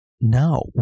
No